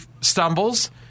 stumbles